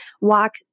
walk